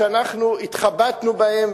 שאנחנו התחבטנו בהם,